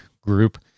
group